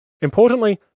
Importantly